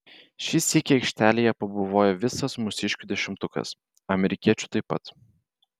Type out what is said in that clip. šį sykį aikštelėje pabuvojo visas mūsiškių dešimtukas amerikiečių taip pat